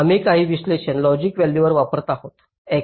आम्ही काही विशेष लॉजिक व्हॅल्यू वापरत आहोत x